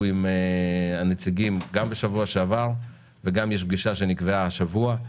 עם הנציגים בשבוע שעבר ושיש פגישה שנקבעה השבוע.